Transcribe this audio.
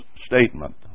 statement